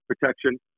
protection